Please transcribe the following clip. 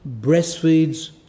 breastfeeds